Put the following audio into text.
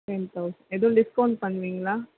ten thousand எதுவும் discount பண்ணுவீங்களா